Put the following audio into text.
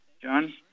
John